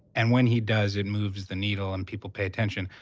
and when he does, it moves the needle and people pay attention.